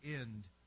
end